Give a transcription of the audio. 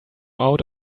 out